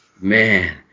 Man